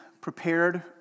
prepared